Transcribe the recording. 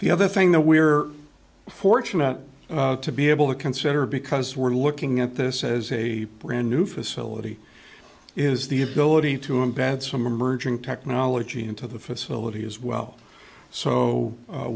the other thing that we're fortunate to be able to consider because we're looking at this as a brand new facility is the ability to embed some emerging technology into the facility as well so